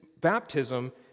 baptism